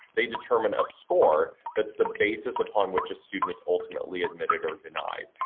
they determine a score that's the basis upon which a student is ultimately admitted or denied.